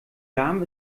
darm